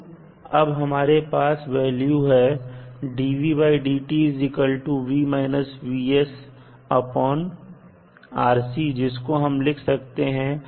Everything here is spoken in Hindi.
तो अब हमारे पास वैल्यू है जिसको हम लिख सकते हैं